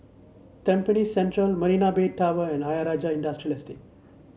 Tampines Central Marina Bay Tower and Ayer Rajah Industrial Estate